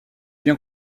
bien